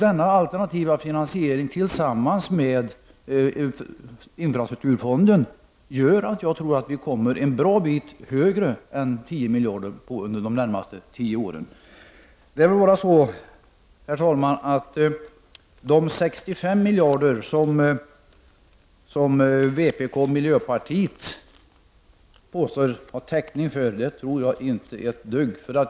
En sådan tillsammans med infrastrukturfonden tror jag gör att vi kommer att få fram en bra bit mer än 10 miljarder under de närmaste tio åren. De 65 miljarder som vpk och miljöpartiet påstår sig ha täckning för tror jag inte ett dugg på.